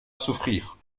souffrir